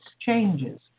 changes